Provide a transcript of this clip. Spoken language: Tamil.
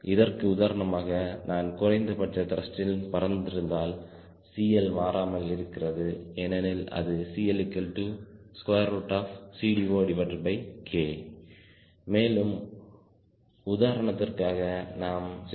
இதற்கு உதாரணமாக நான் குறைந்தபட்ச த்ருஷ்ட்ல் பறக்கிறதினால் CL மாறாமல் இருக்கிறது ஏனெனில் அது CLCD0K மேலும் உதாரணத்திற்காக தான் நாம் 0